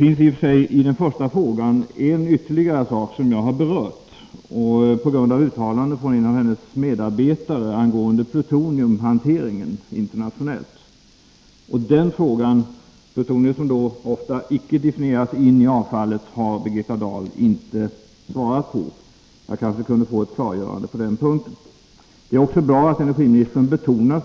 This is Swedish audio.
När det gäller den första frågan berörde jag i och för sig ytterligare en sak, nämligen ett uttalande från en av energiministerns medarbetare angående den internationella plutoniumhanteringen — plutonium som då ofta inte definieras i förhållande till avfallet. Den delen av min fråga har Birgitta Dahl inte svarat på. Jag kanske kunde få ett klarläggande på den punkten. Det är också bra att energiministern betonar